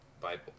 Bible